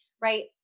right